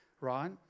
Right